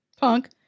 punk